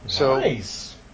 Nice